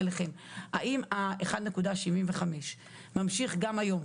האם ה-1.75% ממשיך גם היום?